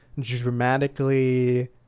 dramatically